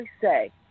say